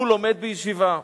הוא לומד בישיבה.